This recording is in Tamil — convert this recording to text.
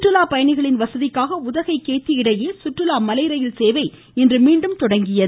சுற்றுலாப் பயணிகளின் வசதிக்காக உதகை கேத்தி இடையே சுற்றுலா மலை ரயில் சேவை இன்று மீண்டும் தொடங்கியது